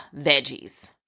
veggies